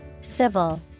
Civil